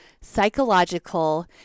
psychological